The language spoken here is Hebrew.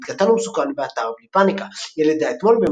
ילד קטן ומסוכן באתר בלי פאניקה ילד האתמול